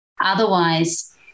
Otherwise